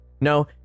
No